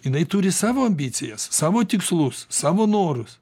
jinai turi savo ambicijas savo tikslus savo norus